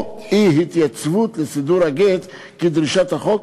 או אי-התייצבות לסידור הגט כדרישת החוק,